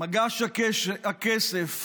מגש הכסף